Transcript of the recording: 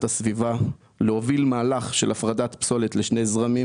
הסביבה להוביל מהלך של הפרדת פסולת לשני זרמים: